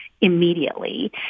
immediately